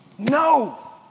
No